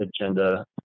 agenda